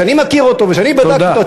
שאני מכיר אותו ושאני בדקתי אותו,